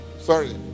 Sorry